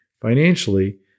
financially